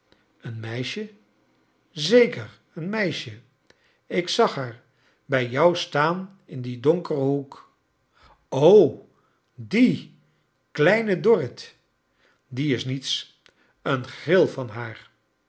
een meisje zeker een meisje ik zag haar bij jou staan in dien donkeren hoek oi die kleine dorrit die is niets een gril van haar